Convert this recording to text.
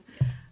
Yes